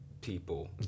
people